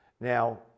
Now